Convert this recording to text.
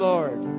Lord